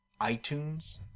iTunes